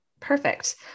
Perfect